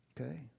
okay